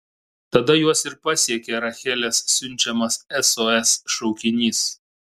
tada juos ir pasiekė rachelės siunčiamas sos šaukinys